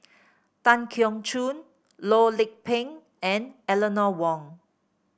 Tan Keong Choon Loh Lik Peng and Eleanor Wong